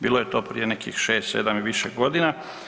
Bilo je to prije nekih 6, 7 ili više godina.